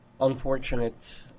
unfortunate